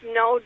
no